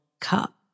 Cup